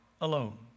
alone